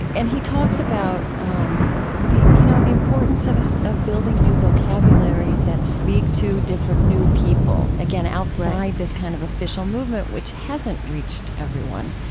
and he talks about um the, you know, the importance of so of building new vocabularies that speak to different new people, again, outside, right, this kind of official movement, which hasn't reached everyone.